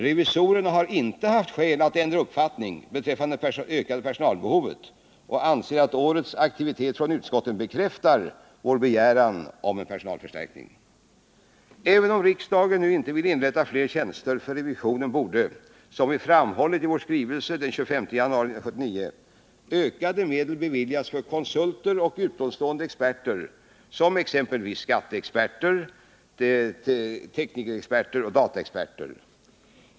Revisorerna har inte haft skäl att ändra uppfattning beträffande det ökade personalbehovet och anser, att årets aktivitet från utskotten bekräftar det angelägna i den begäran som gjorts om en personalförstärkning. Även om riksdagen nu inte vill inrätta fler tjänster för revision borde — som vi framhållit i vår skrivelse den 25 januari 1979 — ökade medel beviljas för konsulter och utomstående experter, exempelvis skatteexperter, teknikerexperter och dataexperter.